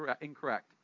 incorrect